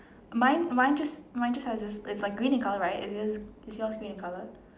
mine mine just mine just has this is like green in colour right is yours green in colour